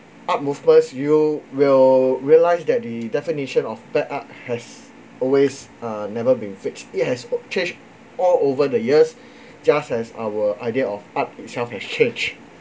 art movements you will realize that the definition of bad art has always uh never been fixed it has changed all over the years just as our idea of art itself has changed